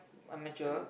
I'm mature